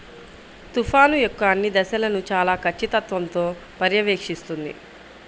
తుఫాను యొక్క అన్ని దశలను చాలా ఖచ్చితత్వంతో పర్యవేక్షిస్తుంది